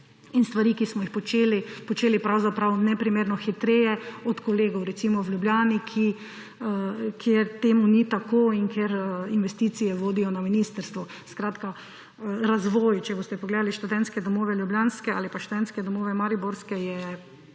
in stvari, ki smo jih počeli, počeli pravzaprav neprimerno hitreje od kolegov, recimo, v Ljubljani, kjer temu ni tako in kjer investicije vodijo na ministrstvu. Skratka, razvoj, če boste pogledali študentske domove ljubljanske ali pa študentske domove mariborske, je